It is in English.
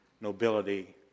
nobility